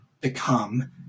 become